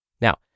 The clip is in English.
Now